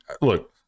look